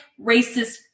racist